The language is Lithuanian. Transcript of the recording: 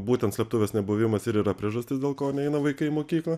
būtent slėptuvės nebuvimas ir yra priežastis dėl ko neina vaikai į mokyklą